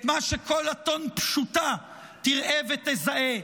את מה שכל אתון פשוטה תראה ותזהה,